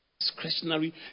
discretionary